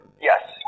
yes